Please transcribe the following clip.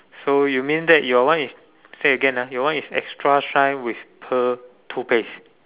so you mean that your one is say again ah your one is extra shine with pearl toothpaste